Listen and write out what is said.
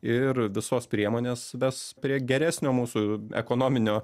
ir visos priemonės ves prie geresnio mūsų ekonominio